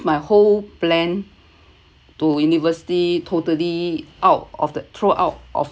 my whole plan to university totally out of the throw out of